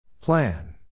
Plan